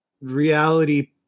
reality